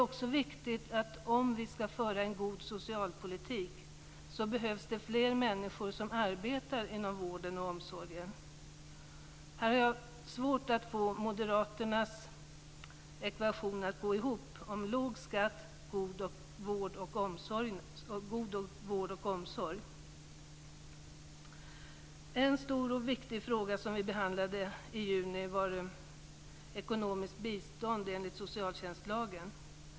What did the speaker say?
Om vi skall föra en god socialpolitik behövs det fler människor som arbetar inom vården och omsorgen. Här är det svårt att få moderaternas ekvation om låg skatt, god vård och omsorg att gå ihop. En stor och viktig fråga som vi behandlade i juni var ekonomiskt bistånd enligt socialtjänstlagen.